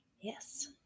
Yes